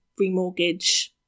remortgage